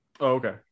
okay